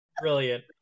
Brilliant